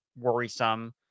worrisome